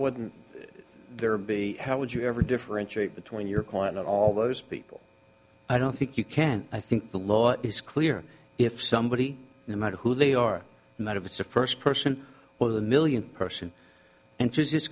wouldn't there be how would you ever differentiate between your quiet all those people i don't think you can i think the law is clear if somebody no matter who they are not if it's a first person or the millionth person enters this